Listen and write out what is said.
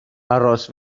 aros